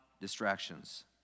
distractions